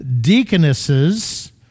deaconesses